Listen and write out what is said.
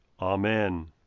Amen